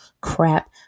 crap